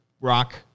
Rock